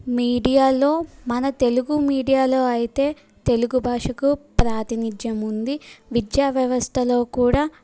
మీడియాలో మన తెలుగు మీడియాలో అయితే తెలుగు భాషకు ప్రాతినిధ్యం ఉంది విద్యా వ్యవస్థలో కూడా